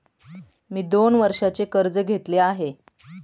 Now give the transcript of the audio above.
मी दोन वर्षांचे कर्ज घेतले आहे